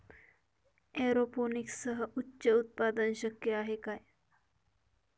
एरोपोनिक्ससह उच्च उत्पादन शक्य आहे